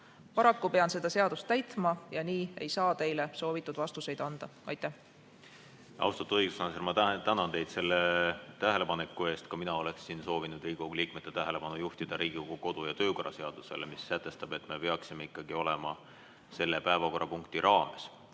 Paraku pean seda seadust täitma ja nii ei saa teile soovitud vastuseid anda. Austatud õiguskantsler, ma tänan teid selle tähelepaneku eest. Ka mina oleksin soovinud Riigikogu liikmete tähelepanu juhtida Riigikogu kodu‑ ja töökorra seadusele, mis sätestab, et me peaksime ikkagi olema selle päevakorrapunkti raames.